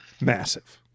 massive